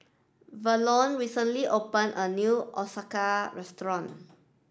Verlon recently opened a new Ochazuke Restaurant